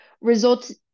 results